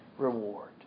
reward